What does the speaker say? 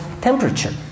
temperature